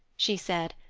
she said,